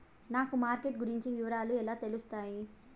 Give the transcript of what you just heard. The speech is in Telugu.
నాకు మార్కెట్ గురించి వివరాలు ఎలా తెలుస్తాయి?